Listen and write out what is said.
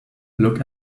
look